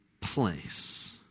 place